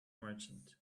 merchant